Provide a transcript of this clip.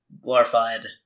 glorified